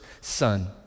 son